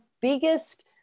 biggest